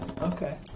okay